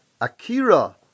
Akira